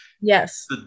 yes